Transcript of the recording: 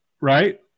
right